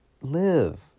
live